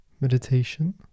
meditation